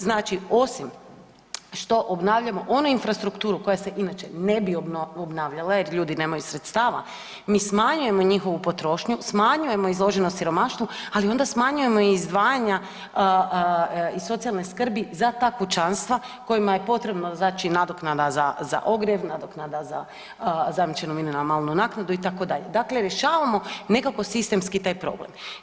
Znači, osim što obnavljamo onu infrastrukturu koja se inače ne bi obnavljala jer ljudi nemaju sredstava, mi smanjujemo njihovu potrošnju, smanjujemo izloženost siromaštvu, ali onda smanjujemo izdvajanja i socijalne skrbi za ta kućanstva kojima je potrebna nadoknada za ogrjev, naknada za zajamčenu minimalnu naknadu itd., dakle rješavamo nekako sistemski taj problem.